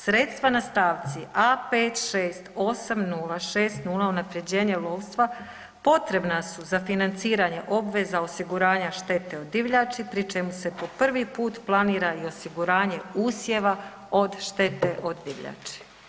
Sredstva na stavci A 568060 unapređenje lovstva potrebna su za financiranje obveza osiguranja štete od divljači pri čemu se po prvi put planira i osiguranje usjeva od štete od divljači.